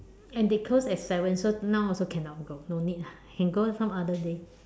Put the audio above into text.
and they close at seven so now also cannot go no need ah can go some other day